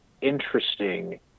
interesting